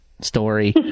story